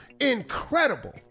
incredible